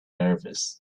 nervous